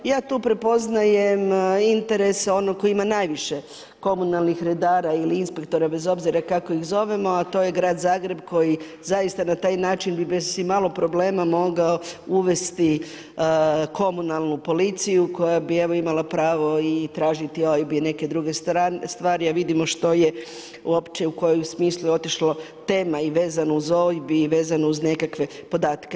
Ja tu prepoznajem interese onih koji ima najviše komunalnih redara ili inspektora bez obzira kako ih zovemo, a to je Grad Zagreba koji zaista na taj način bi bez imalo problema mogao uvesti komunalnu policiju koja bi evo imala pravo i tražiti OIB i neke druge stvari, a vidimo što je uopće u kojem smislu je otišlo tema vezano uz OIB i vezano uz nekakve podatke.